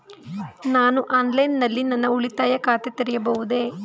ನಾನು ಆನ್ಲೈನ್ ನಲ್ಲಿ ನನ್ನ ಉಳಿತಾಯ ಖಾತೆ ತೆರೆಯಬಹುದೇ?